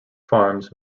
farms